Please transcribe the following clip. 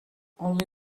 only